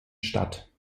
statt